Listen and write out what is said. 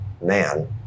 man